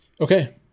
Okay